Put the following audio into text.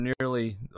nearly